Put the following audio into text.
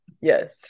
Yes